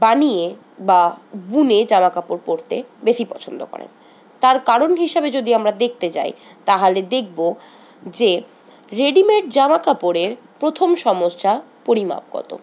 বানিয়ে বা বুনে জামাকাপড় পরতে বেশি পছন্দ করে তার কারণ হিসাবে যদি আমরা দেখতে যাই তাহালে দেখবো যে রেডিমেড জামাকাপড়ের প্রথম সমস্যা পরিমাপগত